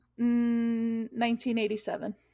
1987